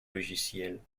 logiciel